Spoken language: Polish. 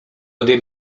ode